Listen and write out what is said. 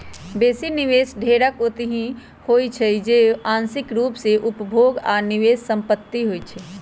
बेशी निवेश ढेरेक ओतहि होइ छइ जे आंशिक रूप से उपभोग आऽ निवेश संपत्ति होइ छइ